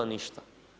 Ništa.